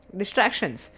distractions